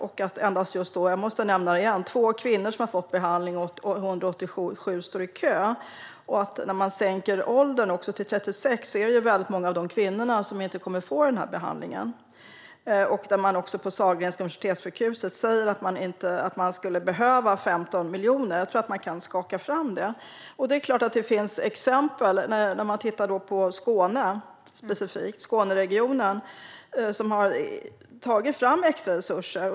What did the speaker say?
Jag måste nämna detta igen: Det är endast 2 kvinnor som har fått behandling, och 187 står i kö. När man sänker åldersgränsen till 36 är det många av dessa kvinnor som inte kommer att få behandlingen. På Sahlgrenska Universitetssjukhuset säger man att man skulle behöva 15 miljoner. Jag tror att man kan skaka fram det. Det finns goda exempel. Man kan se på Skåneregionen specifikt, som har tagit fram extraresurser.